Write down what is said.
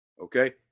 okay